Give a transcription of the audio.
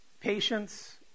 patience